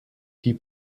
die